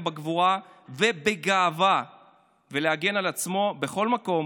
בגבורה ובגאווה ולהגן על עצמו בכל מקום